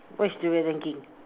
what is Julia thinking